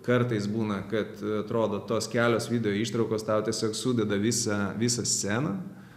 kartais būna kad atrodo tos kelios video ištraukos tau tiesiog sudeda visą visą sceną